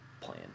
plan